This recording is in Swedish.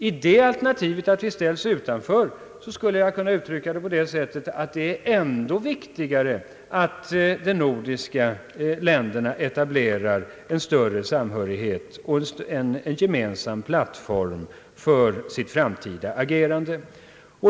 I det alternativet att vi ställs utanför skulle jag kunna uttrycka det på det sättet, att det är ännu viktigare att de nordiska länderna etablerar en större samhörighet och en gemensam plattform för sitt framtida agerande.